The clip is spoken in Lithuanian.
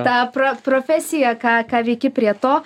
tą pro profesiją ką veiki prie to